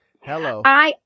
Hello